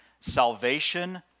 salvation